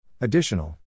Additional